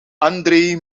andre